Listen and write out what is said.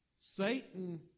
Satan